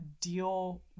deal